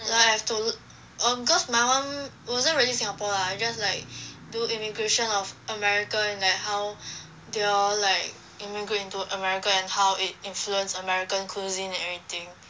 like have to lea~ um cause my [one] wasn't really singapore lah it's just like do immigration of american like how they all like immigrate into america and how it influence american cuisine and everything